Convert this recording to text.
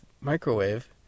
microwave